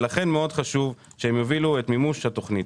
לכן מאוד חשוב שהם אלה שיובילו את מימוש התוכנית.